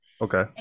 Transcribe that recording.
Okay